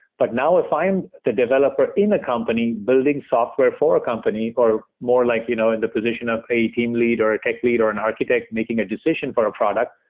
but now if i am the developer in a company building software for a company, or more like you know in the position of a team lead or a tech lead or an architect making a decision for a product,